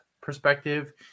perspective